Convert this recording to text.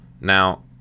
Now